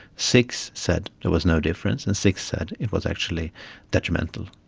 six said there was no difference and six said it was actually detrimental.